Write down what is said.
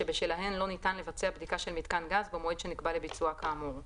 שבשלהן לא ניתן לבצע בדיקה של מיתקן גז במועד שנקבע לביצועה כאמור.